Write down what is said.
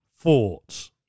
Thoughts